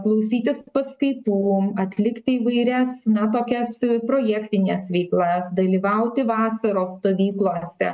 klausytis paskaitų atlikti įvairias na tokias projektines veiklas dalyvauti vasaros stovyklose